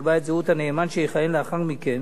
שתקבע את זהות הנאמן שיכהן לאחר מכן